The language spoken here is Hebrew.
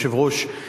היושב-ראש,